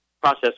process